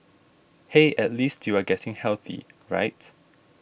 hey at least you are getting healthy right